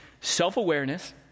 self-awareness